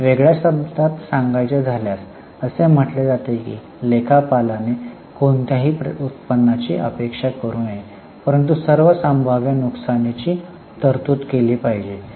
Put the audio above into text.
वेगळ्या शब्दांत सांगायचे झाल्यास असे म्हटले जाते की लेखापालने 'कोणत्याही उत्पन्नाची अपेक्षा करू नये परंतु सर्व संभाव्य नुकसानीची तरतूद केली पाहिजे'